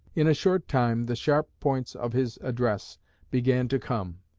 in a short time the sharp points of his address began to come,